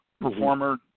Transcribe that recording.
performer